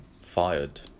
fired